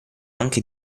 anche